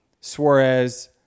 Suarez